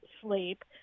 sleep